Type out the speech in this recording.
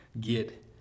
get